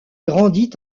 grandit